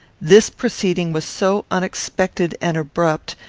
this proceeding was so unexpected and abrupt,